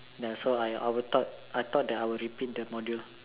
there so I I would thought I thought that I would repeat the module